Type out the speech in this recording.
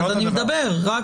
אני מדברת על שירות המדינה.